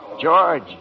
George